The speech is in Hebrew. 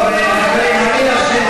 טוב, חברים.